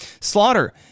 Slaughter